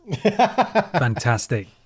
Fantastic